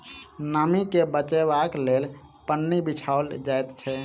नमीं के बचयबाक लेल पन्नी बिछाओल जाइत छै